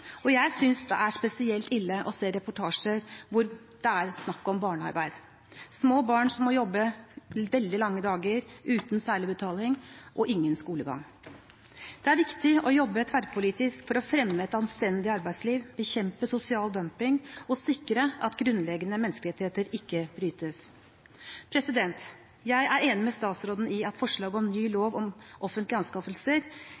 slavearbeid. Jeg synes det er spesielt ille å se reportasjer hvor det er snakk om barnearbeid, små barn som må jobbe veldig lange dager uten særlig betaling og får ingen skolegang. Det er viktig å jobbe tverrpolitisk for å fremme et anstendig arbeidsliv, bekjempe sosial dumping og sikre at grunnleggende menneskerettigheter ikke brytes. Jeg er enig med statsråden i at forslaget om ny